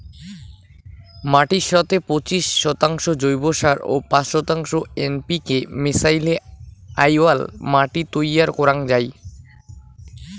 মাটির সথে পঁচিশ শতাংশ জৈব সার ও পাঁচ শতাংশ এন.পি.কে মিশাইলে আউয়াল মাটি তৈয়ার করাং যাই